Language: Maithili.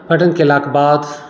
पठन कयलाके बाद